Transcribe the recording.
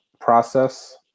process